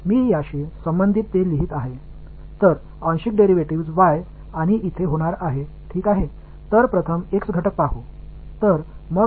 எனவே முதல் வெளிப்பாட்டை நாம் இவ்வாறாக எழுதுகிறோம்